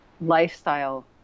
lifestyle